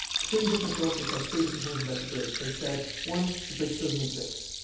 three different sources said three different things about the bridge. they said, one, the bridge doesn't exist.